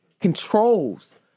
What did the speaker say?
controls